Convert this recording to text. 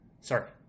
Sorry